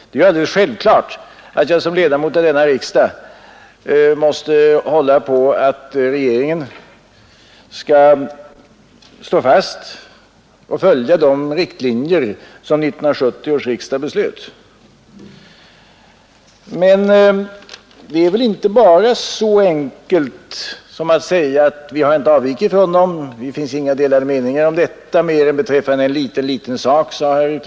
Det är alldeles självklart att jag som ledamot av riksdagen måste hålla på att regeringen skall stå fast vid de riktlinjer som 1970 års riksdag beslöt. Men det är väl inte bara så enkelt som att säga att vi inte har avvikit från dem. Det finns inte några delade meningar, sade utrikesministern, annat än om en liten liten sak, nämligen Cuba.